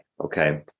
okay